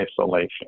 isolation